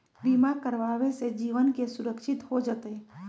बीमा करावे से जीवन के सुरक्षित हो जतई?